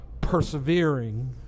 persevering